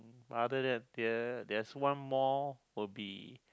other than that there's one more will be